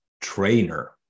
trainer